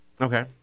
Okay